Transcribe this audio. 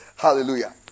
Hallelujah